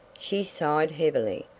she sighed heavily,